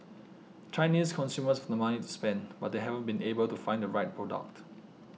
Chinese consumers have the money to spend but they haven't been able to find the right product